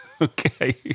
Okay